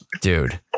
dude